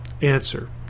Answer